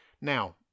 Now